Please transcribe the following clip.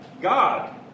God